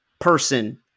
person